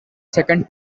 second